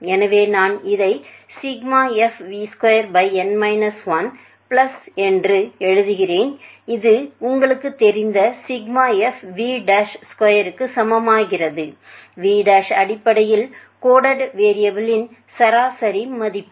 எனவே நான் இதை fv2 பிளஸ் என்று எழுதுகிறேன் இது உங்களுக்குத் தெரிந்த fv2 க்கு சமமாகிறது v டேஷ் அடிப்படையில் கோடடு வேரியபுளின் சராசரி மதிப்பு